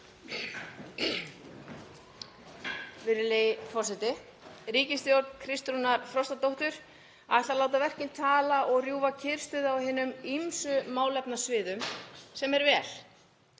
Ríkisstjórn Kristrúnar Frostadóttur ætlar að láta verkin tala og rjúfa kyrrstöðu á hinum ýmsu málefnasviðum, sem er vel.